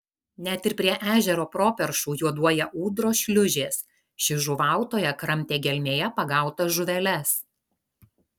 net ir prie ežero properšų juoduoja ūdros šliūžės ši žuvautoja kramtė gelmėje pagautas žuveles